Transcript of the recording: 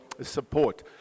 support